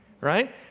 right